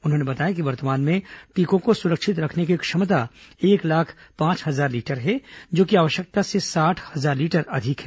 उन्होंने बताया कि वर्तमान में टीकों को सुरक्षित रखने की क्षमता एक लाख पांच हजार लीटर है जो कि आवश्यकता से साठ हजार लीटर अधिक है